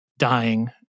dying